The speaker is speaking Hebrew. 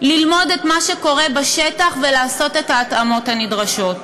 ללמוד את מה שקורה בשטח ולעשות את ההתאמות הנדרשות.